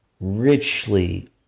richly